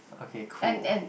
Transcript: okay cool